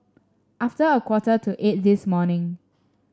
after a quarter to eight this morning